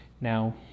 Now